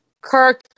Kirk